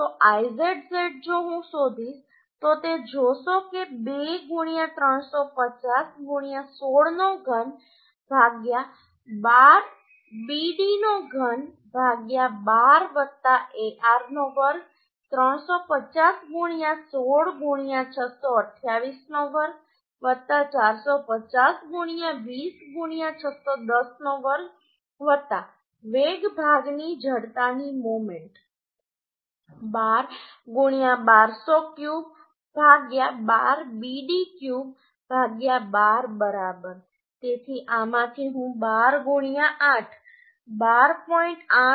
તો Izz જો હું શોધીશ તો તે જોશે કે 2 350 16³ 12 Bd³ 12 Ar ²350 16 628 ² 450 20 610 ² વેબ ભાગની જડતાની મોમેન્ટ 12 1200 ક્યુબ 12 Bd³ 12 બરાબર તેથી આમાંથી હું 12 8 12